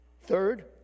Third